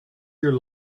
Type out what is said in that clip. your